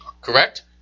correct